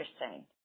Interesting